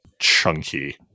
chunky